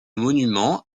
monument